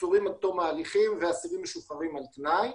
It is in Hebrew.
עצורים עד תום ההליכים ואסירים משוחררים על תנאי.